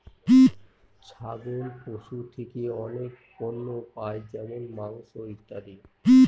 ছাগল পশু থেকে অনেক পণ্য পাই যেমন মাংস, ইত্যাদি